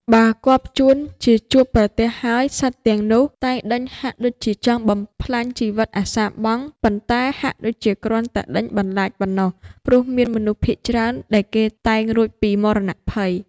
បើគាប់ចួនជាជួបប្រទះហើយ សត្វទាំងនោះតែងដេញហាក់ដូចជាចង់បំផ្លាញជីវិតអាសាបង់ ប៉ុន្តែហាក់ដូចជាគ្រាន់តែដេញបន្លាចប៉ុណ្ណោះ ព្រោះមានមនុស្សភាគច្រើនដែលគេតែងរួចពីមរណភ័យ ។